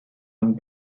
and